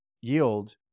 yield